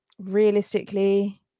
realistically